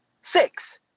Six